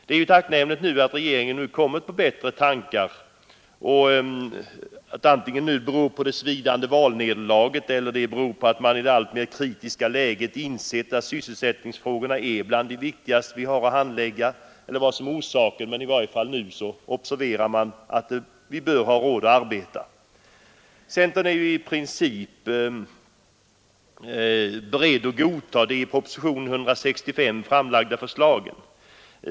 Det är tacknämligt att regeringen nu kommit på bättre tankar, antingen detta beror på det svidande valnederlaget eller på att man i det alltmer kritiska läget insett, att sysselsättningsfrågorna är de viktigaste vi har att handlägga. Man observerar i alla fall nu att vi bör ha råd att arbeta. Centerpartiet är i princip berett att godta de i propositionen 165 framlagda förslagen.